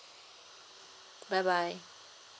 bye bye